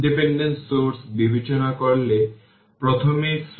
সুতরাং সার্কিটটি t 5 τ এ স্টিডি অবস্থায় পৌঁছেছে